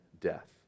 death